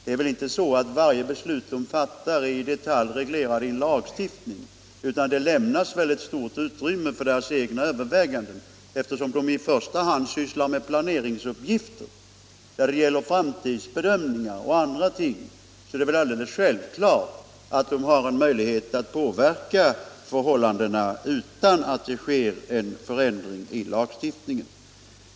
Det är väl inte så, att varje beslut de fattar är i detalj reglerat i lagstiftning, utan det lämnas väl ett stort utrymme för deras egna överväganden. Eftersom de i första hand sysslar med planeringsuppgifter, där det gäller framtidsbedömningar och andra ting, är det alldeles självklart att de har en möjlighet att påverka förhållandena utan att det sker en ändring i lagstiftningen.